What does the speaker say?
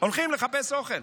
הולכים לחפש אוכל.